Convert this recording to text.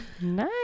nice